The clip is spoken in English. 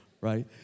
right